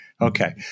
Okay